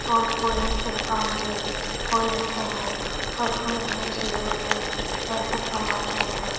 اور کولر کی دکان بھی کھول لیتے ہیں اور ہم انہیں چیزوں سے پیسے کماتے ہیں